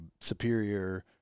Superior